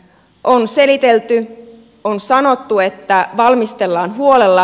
on selitelty on sanottu että valmistellaan huolella